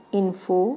info